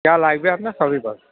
যা লাগবে আপনার সবই পাবেন